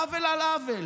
עוול על עוול,